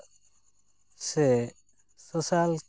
ᱥᱮ ᱥᱳᱥᱟᱞ